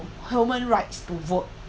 human rights to vote